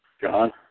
John